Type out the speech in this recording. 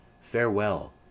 farewell